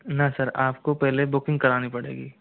ना सर आप को पहले बुकिंग करानी पड़ेगी